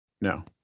No